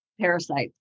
parasites